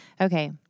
okay